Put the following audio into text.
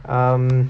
um